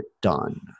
done